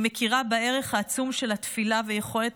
היא מכירה בערך העצום של התפילה ויכולת